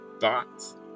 thoughts